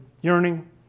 yearning